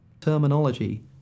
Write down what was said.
Terminology